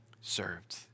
served